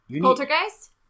Poltergeist